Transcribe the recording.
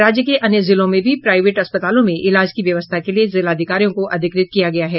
राज्य के अन्य जिलों में भी प्राईवेट अस्पतालों में इलाज की व्यवस्था के लिए जिलाधिकारियों को अधिकृत किया गया है